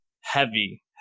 heavy